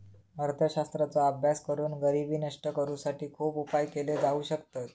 अर्थशास्त्राचो अभ्यास करून गरिबी नष्ट करुसाठी खुप उपाय केले जाउ शकतत